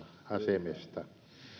asemesta lentovero heikentäisi selvästi helsinki